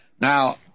Now